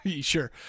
Sure